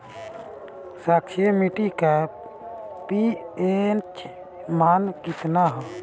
क्षारीय मीट्टी का पी.एच मान कितना ह?